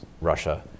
Russia